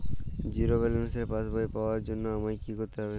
Zero ব্যালেন্সের পাসবই পাওয়ার জন্য আমায় কী করতে হবে?